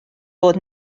bod